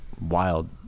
wild